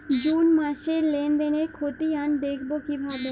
June মাসের লেনদেনের খতিয়ান দেখবো কিভাবে?